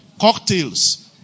Cocktails